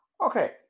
Okay